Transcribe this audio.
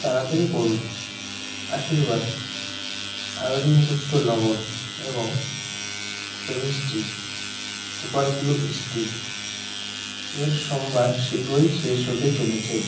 তাড়াতাড়ি করুন আশীর্বাদ আয়োডিনযুক্ত লবণ এবং ফেভিস্টিক সুপার গ্লু স্টিক এর সম্ভার শীঘ্রই শেষ হতে চলেছে